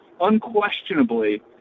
unquestionably